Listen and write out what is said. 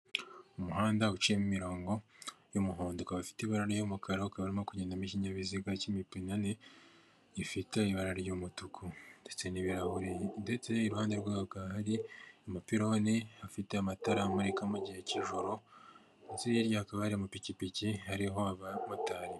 Umuhanda iciyemo imirongo y'umuhondo, ukaba afite ibara ry'umukara ukaba urimo kugendamo ikinyabiziga cy'imapine ane gifite ibara ry'umutuku ndetse n'ibirahuri ndetse iruhande rwabo hakaba hari amapironi afite amatara amurika mu gihe cy'ijoro ndetse hirya hakaba hari amapikipiki ariho abamotari.